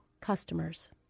customers